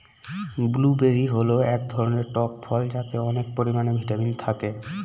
blueberry হল এক ধরনের টক ফল যাতে অনেক পরিমানে ভিটামিন থাকে